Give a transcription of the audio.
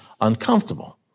uncomfortable